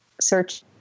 search